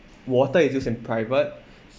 water is used in private